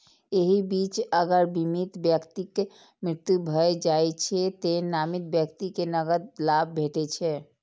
एहि बीच अगर बीमित व्यक्तिक मृत्यु भए जाइ छै, तें नामित व्यक्ति कें नकद लाभ भेटै छै